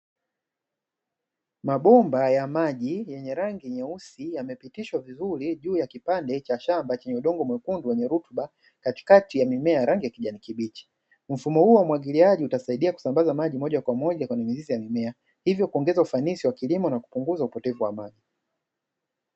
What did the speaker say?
Mabomba ya maji, yenye rangi nyeusi yamepitishwa vizuri juu ya kipande cha shamba chenye udongo mwekundu wenye rutuba katikati ya mimea ya rangi ya kijani kibichi. Mfumo huu wa umwagiliaji utasaidia kusambaza maji mojamoja kwenye mizizi ya mimea, hivyo kuongeza ufanisi wa kilimo na kupunguza upotevu wa maji.